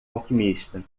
alquimista